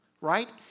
right